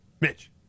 Mitch